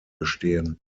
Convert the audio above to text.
bestehen